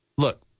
Look